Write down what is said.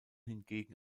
hingegen